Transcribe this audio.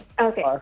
Okay